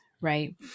right